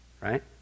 right